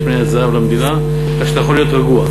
יש מניית זהב למדינה, כך שאתה יכול להיות רגוע.